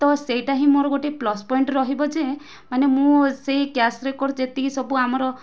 ତ ସେଇଟା ହିଁ ମୋର ଗୋଟେ ପ୍ଲସ୍ ପଏଣ୍ଟ ରହିବ ଯେ ମାନେ ମୁଁ ସେଇ କ୍ୟାସ୍ ରେକର୍ଡ଼ ଯେତିକି ସବୁ ଆମର